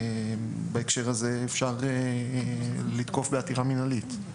אפשר לתקוף החלטות בעתירה מנהלית,